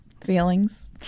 Feelings